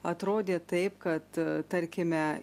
atrodė taip kad tarkime